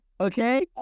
Okay